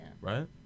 Right